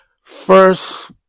First